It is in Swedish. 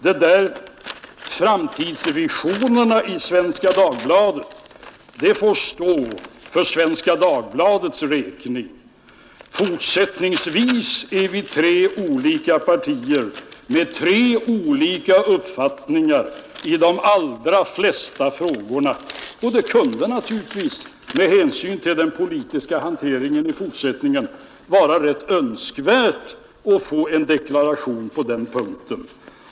De där framtidsvisionerna i Svenska Dagbladet får stå för Svenska Dagbladets räkning. Fortsättningsvis är vi tre olika partier med tre olika uppfattningar i de allra flesta frågorna. Det kunde naturligtvis med hänsyn till den politiska hanteringen i fortsättningen vara rätt önskvärt att få en deklaration på den punkten.